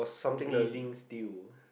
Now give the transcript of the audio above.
Bleeding-Steel